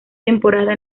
temporada